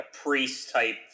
priest-type